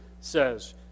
says